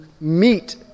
meet